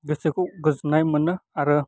गोसोखौ गोजोननाय मोनो आरो